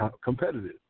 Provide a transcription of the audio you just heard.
competitive